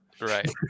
Right